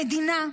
למדינה,